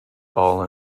ball